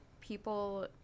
people